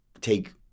take